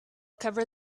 cover